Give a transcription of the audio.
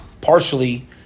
partially